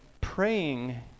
praying